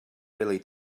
really